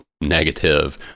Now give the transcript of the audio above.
negative